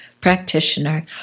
practitioner